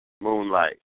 Moonlight